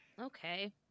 okay